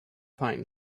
pine